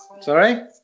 Sorry